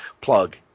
plug